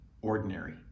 ordinary